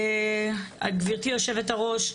גבירתי היו"ר,